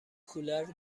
کولر